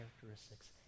characteristics